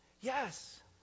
yes